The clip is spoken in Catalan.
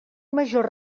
major